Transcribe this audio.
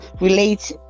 relate